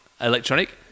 electronic